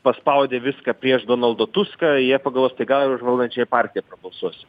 paspaudė viską prieš donaldą tuską jie pagalvos tai gal ir už valdančiąją partiją prabalsuosiu